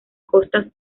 costas